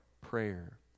prayer